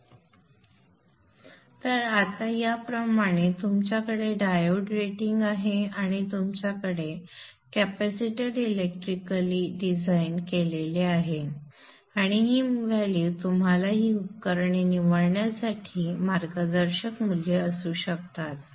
अंदाजे तर याप्रमाणे आता तुमच्याकडे डायोड रेटिंग आहे आणि तुमच्याकडे कॅपेसिटर इलेक्ट्रिकली डिझाइन केलेले आहे आणि ही मूल्ये तुम्हाला ही उपकरणे निवडण्यासाठी मार्गदर्शक मूल्ये असू शकतात